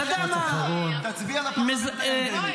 תצביע לפרלמנט הירדני.